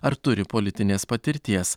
ar turi politinės patirties